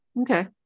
okay